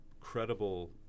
credible